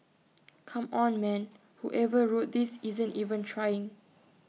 come on man whoever wrote this isn't even trying